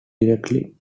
directly